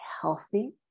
healthy